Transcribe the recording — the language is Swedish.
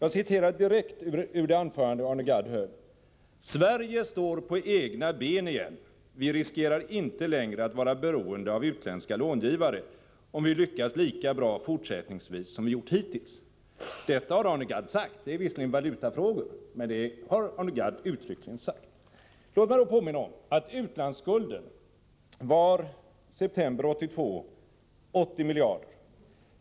Jag citerar direkt ur det anförande som Arne Gadd höll: ”Sverige står på egna ben igen. Vi riskerar inte längre att vara beroende av utländska långivare, om vi lyckas lika bra fortsättningsvis som vi gjort hittills-—-—.” Detta har Arne Gadd sagt. Det gäller visserligen valutafrågor, men detta har alltså Arne Gadd uttalat. Låt mig påminna om att utlandsskulden i september 1982 var 80 miljarder.